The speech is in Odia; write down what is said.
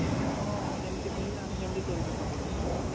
ଟେଷ୍ଟ ଆପଣ ଯେମିତି କହିବେ ଆମେ ସେମିତି ତିଆରି କରିଦେଇ ପାରିବୁ